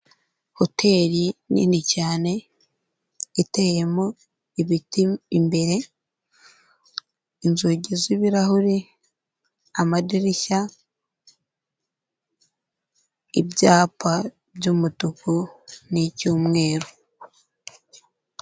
Hoteri nini cyane iteyemo ibiti imbere, inzugi z'ibirahure, amadirishya, ibyapa by'umutuku n'icy'umweru.